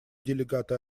делегата